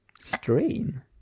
strain